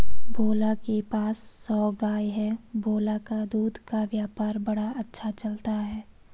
भोला के पास सौ गाय है भोला का दूध का व्यापार बड़ा अच्छा चलता है